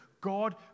God